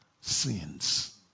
sins